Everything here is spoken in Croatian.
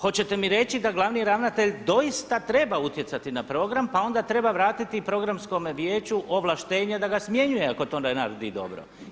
Hoćete mi reći da glavni ravnatelj doista treba utjecati na program pa onda treba vratiti programskome vijeće ovlaštenje da ga smjenjuje ako to ne radi dobro.